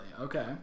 Okay